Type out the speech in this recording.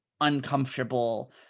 uncomfortable